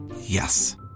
yes